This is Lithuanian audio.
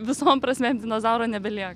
visom prasmėm dinozauro nebelieka